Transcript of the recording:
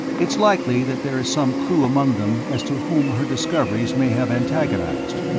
it's likely that there is some clue among them as to whom her discoveries may have antagonized.